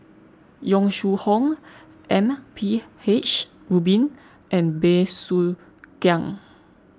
Yong Shu Hoong M P H Rubin and Bey Soo Khiang